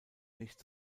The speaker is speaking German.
nicht